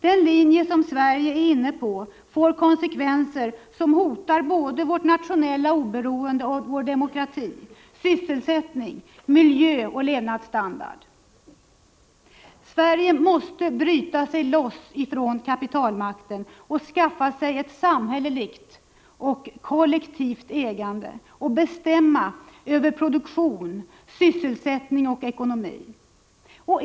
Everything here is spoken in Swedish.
Den linje som Sverige är inne på får konsekvenser som hotar både nationellt oberoende och demokrati, sysselsättning, miljö och levnadsstandard. Sverige måste bryta sig loss från kapitalmakten och skaffa sig ett samhälleligt och kollektivt ägande och bestämmande över produktion, sysselsättning och ekonomi.